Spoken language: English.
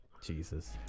Jesus